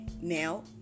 now